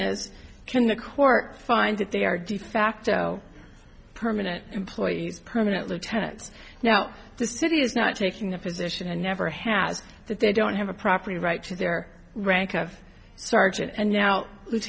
is can the court find that they are de facto permanent employees permanently tenets now the city is not taking a position and never has that they don't have a property right to their rank of sergeant and now